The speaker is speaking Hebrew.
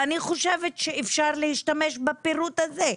ואני חושבת שאפשר להשתמש בפירוט הזה: